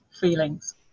feelings